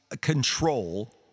control